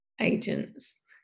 agents